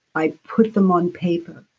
i put them on paper,